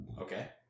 Okay